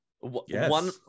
one